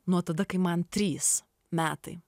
nuo tada kai man trys metai